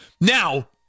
Now